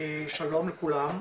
שלום לכולם.